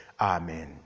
amen